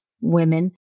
women